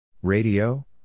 Radio